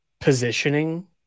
positioning